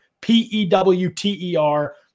P-E-W-T-E-R